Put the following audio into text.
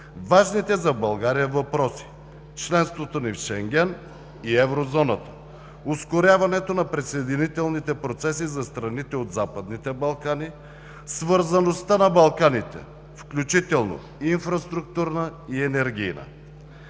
важните за България въпроси – членството ни в Шенген и Еврозоната, ускоряването на присъединителните процеси за страните от Западните Балкани, свързаността на Балканите, включително инфраструктурна и енергийна.